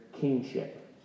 kingship